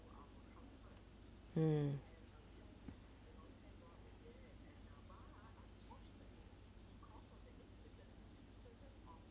mm